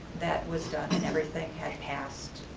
that was done and everything, and passed